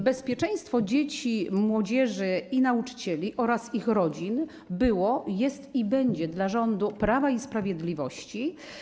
Bezpieczeństwo dzieci, młodzieży i nauczycieli oraz ich rodzin było, jest i będzie najważniejsze dla rządu Prawa i Sprawiedliwości.